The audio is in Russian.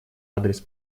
адрес